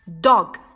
Dog